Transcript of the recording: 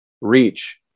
reach